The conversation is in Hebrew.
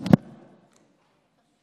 גברתי היושבת-ראש,